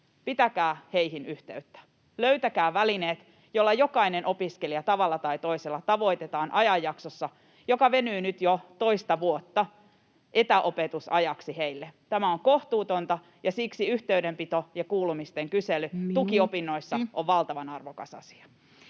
Pitäkää heihin yhteyttä. Löytäkää välineet, joilla jokainen opiskelija tavalla tai toisella tavoitetaan ajanjaksossa, joka venyy nyt jo yli vuoden etäopetusajaksi heille. Tämä on kohtuutonta, ja siksi yhteydenpito ja kuulumisten kysely [Puhemies: Minuutti!] tukiopinnoissa ovat valtavan arvokas asia.